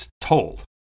told